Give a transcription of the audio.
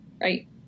right